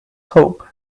hope